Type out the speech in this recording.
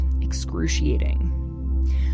excruciating